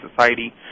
society